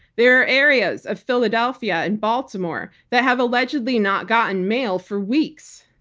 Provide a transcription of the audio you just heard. there are areas of philadelphia and baltimore that have allegedly not gotten mail for weeks.